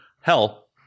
hell